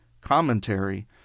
commentary